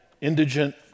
indigent